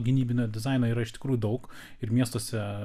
gynybinio dizaino yra iš tikrųjų daug ir miestuose